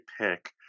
pick